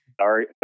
sorry